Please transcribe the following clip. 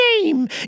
name